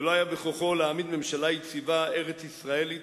ולא היה בכוחו להעמיד ממשלה יציבה, ארץ-ישראלית,